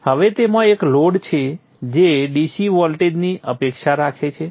હવે તેમાં એક લોડ છે જે DC વોલ્ટેજની અપેક્ષા રાખે છે